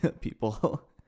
people